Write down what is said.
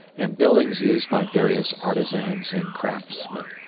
and buildings used by various artisans and craftsmen.